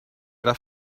era